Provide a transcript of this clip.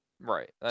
right